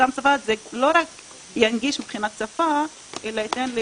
זה לא רק ינגיש מבחינת שפה אלא ייתן לי